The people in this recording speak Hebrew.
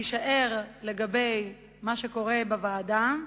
מי שער למה שקורה בוועדה,